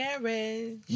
Marriage